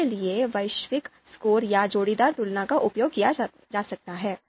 इसके लिए वैश्विक स्कोर या जोड़ीदार तुलना का उपयोग किया जा सकता है